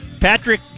patrick